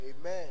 Amen